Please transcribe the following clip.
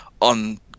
on